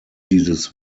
dieses